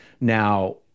Now